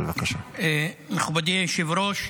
מכובדי היושב-ראש,